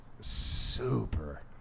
super